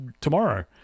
tomorrow